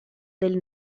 del